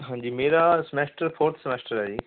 ਹਾਂਜੀ ਮੇਰਾ semester fourth semester ਹੈ ਜੀ